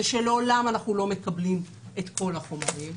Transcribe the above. שלעולם אנחנו לא מקבלים את כל החומרים.